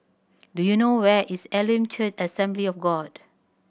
do you know where is Elim Church Assembly of God